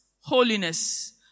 holiness